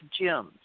gyms